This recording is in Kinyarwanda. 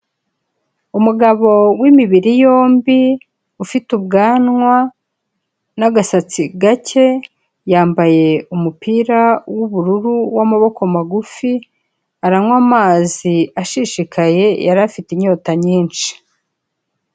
Umugabo w'imibiri yombi ufite ubwanwa n'agasatsi gake yambaye umupira w'ubururu w'amaboko magufi aranywa amazi ashishikaye yari afite inyota nyinshi.